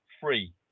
free